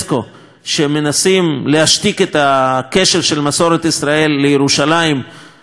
שמנסות להשתיק את הקשר של מסורת ישראל לירושלים המאוחדת,